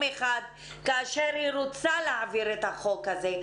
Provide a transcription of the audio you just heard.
אחד כאשר היא רוצה להעביר את החוק הזה.